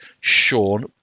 Sean